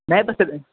नाही तसं